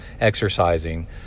exercising